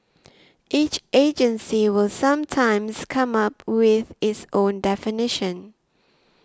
each agency will sometimes come up with its own definition